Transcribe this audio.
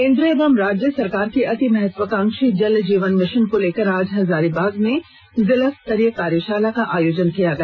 केंद्र एवं राज्य सरकार की अति महत्वाकांक्षी जल जीवन मिशन को लेकर आज हजारीबाग में जिला स्तरीय कार्यशाला का आयोजन किया गया